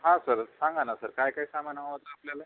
हा सर सांगा ना सर काय काय सामान हवं होतं आपल्याला